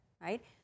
right